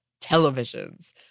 televisions